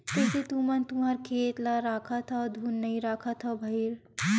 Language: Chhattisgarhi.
कइसे तुमन तुँहर खेत ल राखथँव धुन नइ रखव भइर?